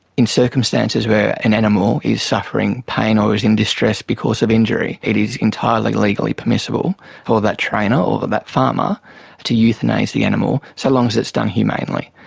in circumstances where an animal is suffering pain or is in distress because of injury, it is entirely legally permissible for that trainer or that farmer to euthanase the animal so long as it's done humanely.